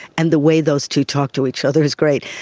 and the way those two talk to each other is great.